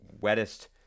wettest